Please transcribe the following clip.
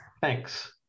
Thanks